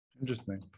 Interesting